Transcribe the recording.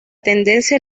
tendencia